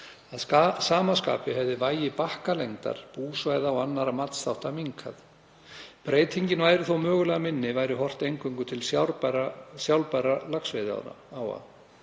Að sama skapi hefði vægi bakkalengdar, búsvæða og annarra matsþátta minnkað. Breytingin væri þó mögulega minni væri horft eingöngu til sjálfbærra laxveiðiáa.